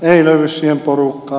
ei löydy siihen porukkaa